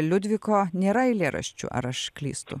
liudviko nėra eilėraščių ar aš klystu